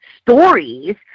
stories